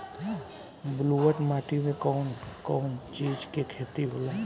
ब्लुअट माटी में कौन कौनचीज के खेती होला?